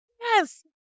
Yes